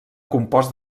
compost